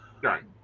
Right